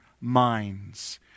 minds